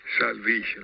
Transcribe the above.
salvation